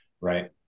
Right